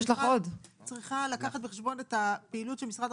יש לכם איזו התייחסות?